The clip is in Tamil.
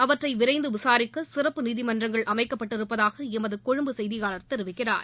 அவற்றை விரைந்து விசாரிக்க சிறப்பு நீதிமன்றங்கள் அமைக்கப்பட்டிருப்பதாக எமது கொழும்பு செய்தியாளர் தெரிவிக்கிறார்